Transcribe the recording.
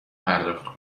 پرداخت